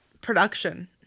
production